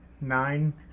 Nine